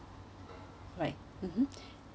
right mmhmm